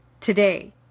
today